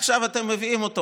עכשיו אתם מביאים אותו.